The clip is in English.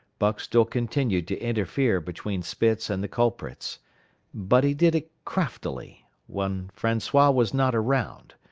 buck still continued to interfere between spitz and the culprits but he did it craftily, when francois was not around,